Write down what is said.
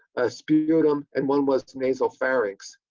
a sputum, and one was to nasal pharynx.